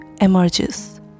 emerges